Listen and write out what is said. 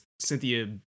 cynthia